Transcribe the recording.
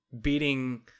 beating